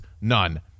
none